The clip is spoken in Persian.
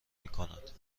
میکند